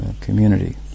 community